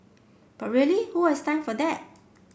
but really who has time for that